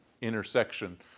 intersection